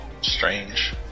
strange